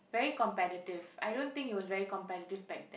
very competitive I don't think it was very competitive back then